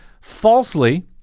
falsely